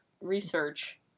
research